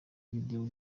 videwo